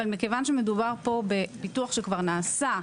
אבל מכיוון שמדובר פה בפיתוח שכבר נעשה,